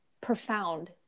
profound